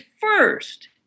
first